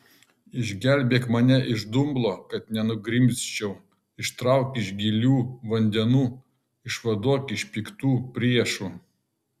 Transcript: išgelbėk mane iš dumblo kad nenugrimzčiau ištrauk iš gilių vandenų išvaduok iš piktų priešų